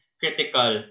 critical